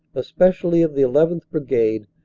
especially of the eleven tho brigade,